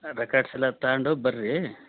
records ಎಲ್ಲ ತಗೊಂಡು ಬರ್ರಿ